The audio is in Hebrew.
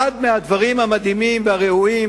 אחד מהדברים המדהימים והראויים,